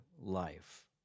life